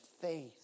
faith